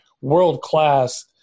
world-class